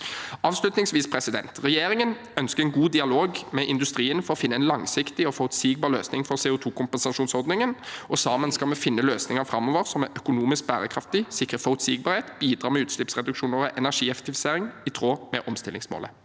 Avslutningsvis: Regjeringen ønsker god dialog med industrien for å finne en langsiktig og forutsigbar løsning for CO2-kompensasjonsordningen. Sammen skal vi finne løsninger framover som er økonomisk bærekraftige, som sikrer forutsigbarhet, og som bidrar med utslippsreduksjoner og energieffektivisering i tråd med omstillingsmålet.